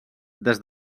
des